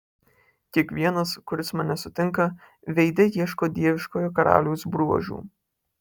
kiekvienas kuris mane sutinka veide ieško dieviškojo karaliaus bruožų